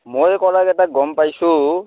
মই কথা এটা গম পাইছোঁ